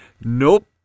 Nope